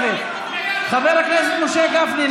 חבר הכנסת משה גפני,